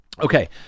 Okay